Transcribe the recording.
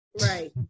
Right